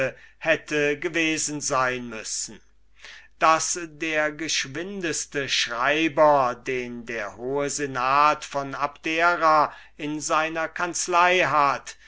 hätte gewesen sein müssen daß der geschwindeste schreiber den der hohe senat von abdera in seiner kanzlei hat